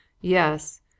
Yes